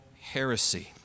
heresy